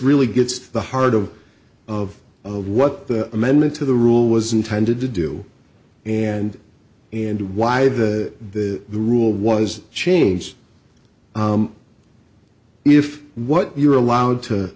really gets the heart of of of what the amendment to the rule was intended to do and and why the rule was changed if what you're allowed to